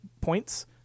points